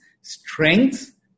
strength